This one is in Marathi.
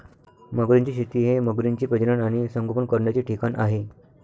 मगरींची शेती हे मगरींचे प्रजनन आणि संगोपन करण्याचे ठिकाण आहे